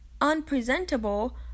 unpresentable